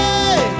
Hey